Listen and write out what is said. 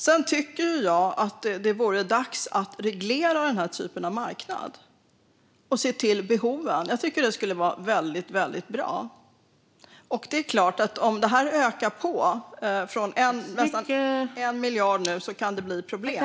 Jag tycker att det är dags att reglera den här typen av marknad och se till behoven. Jag tycker att det skulle vara väldigt bra. Det är klart att om det här ökar från nästan 1 miljard nu kan det bli problem.